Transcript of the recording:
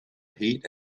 heat